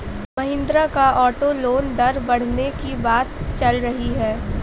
महिंद्रा का auto loan दर बढ़ने की बात चल रही है